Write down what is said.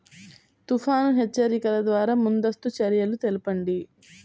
తుఫాను హెచ్చరికల ద్వార ముందస్తు చర్యలు తెలపండి?